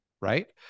right